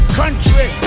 country